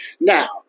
now